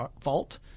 fault